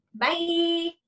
bye